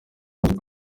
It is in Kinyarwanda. amaze